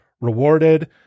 rewarded